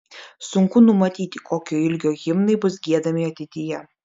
sunku numatyti kokio ilgio himnai bus giedami ateityje